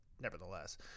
nevertheless